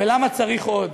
ולמה צריך עוד.